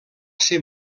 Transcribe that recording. ser